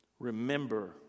Remember